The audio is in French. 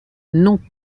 non